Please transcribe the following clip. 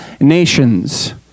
nations